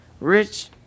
Rich